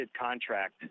contract